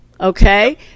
Okay